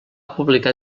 publicar